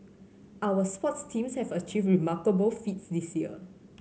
our sports teams have achieved remarkable feats this year